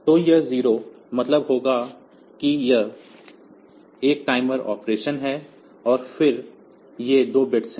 तो यह 0 मतलब होगा कि यह एक टाइमर ऑपरेशन है और फिर ये 2 बिट्स हैं